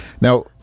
Now